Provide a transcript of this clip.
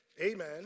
amen